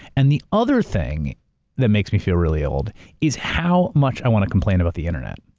and the other thing that makes me feel really old is how much i wanna complain about the internet.